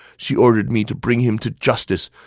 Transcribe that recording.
she ordered me to bring him to justice.